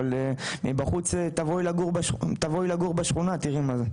אבל תבואי לגור בשכונה תיראי מה זה.